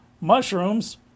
mushrooms